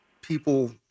people